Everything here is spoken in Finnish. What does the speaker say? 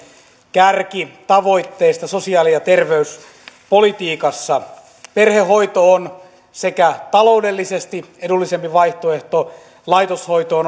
kärkitavoitteista sosiaali ja terveyspolitiikassa perhehoito on taloudellisesti edullisempi vaihtoehto laitoshoidolle